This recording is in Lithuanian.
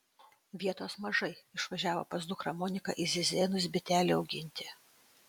vietos mažai išvažiavo pas dukrą moniką į zizėnus bitelių auginti